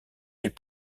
les